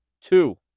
two